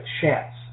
chance